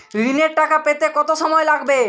ঋণের টাকা পেতে কত সময় লাগবে?